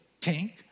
tank